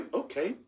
okay